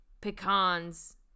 pecans